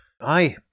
aye